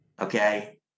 okay